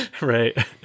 right